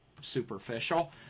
superficial